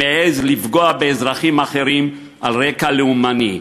שמעז לפגוע באזרחים אחרים על רקע לאומני.